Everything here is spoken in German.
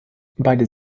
beide